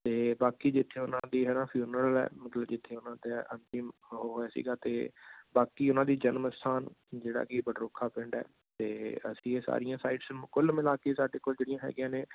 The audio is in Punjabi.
ਅਤੇ ਬਾਕੀ ਜਿੱਥੇ ਉਹਨਾਂ ਦੀ ਹੈ ਨਾ ਫਿਊਨਰਲ ਹੈ ਮਤਲਬ ਜਿੱਥੇ ਉਹਨਾਂ ਦਾ ਅੰਤਿਮ ਉਹ ਹੋਇਆ ਸੀਗਾ ਅਤੇ ਬਾਕੀ ਉਹਨਾਂ ਦੀ ਜਨਮ ਸਥਾਨ ਜਿਹੜਾ ਕਿ ਬਡਰੁੱਖਾਂ ਪਿੰਡ ਹੈ ਅਤੇ ਅਸੀਂ ਇਹ ਸਾਰੀਆਂ ਸਾਈਟਸ ਕੁੱਲ ਮਿਲਾ ਕੇ ਸਾਡੇ ਕੋਲ ਜਿਹੜੀਆਂ ਹੈਗੀਆਂ ਨੇ